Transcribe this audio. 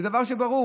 זה דבר שברור.